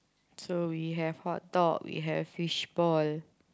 so we have hot dog we have fishball